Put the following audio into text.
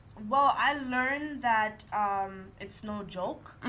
well, i learned that it's no joke.